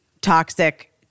toxic